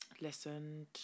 listened